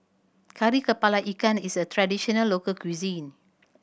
Kari Kepala Ikan is a traditional local cuisine